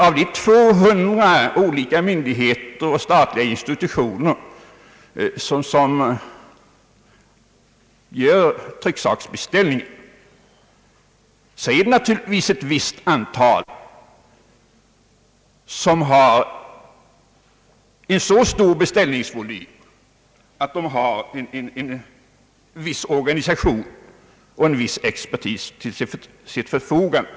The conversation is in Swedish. Av de 200 olika myndigheter och statliga institutioner som gör trycksaksbeställningar är det naturligtvis ett visst antal, som har en så stor beställningsvolym att de har en viss organisation och en viss expertis till sitt förfogande.